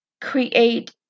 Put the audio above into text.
create